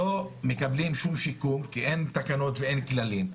לא מקבלים שום שיקום כי אין תקנות ואין כללים,